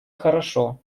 хорошо